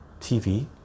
TV